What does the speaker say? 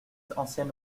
ancienne